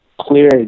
clear